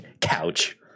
couch